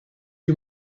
you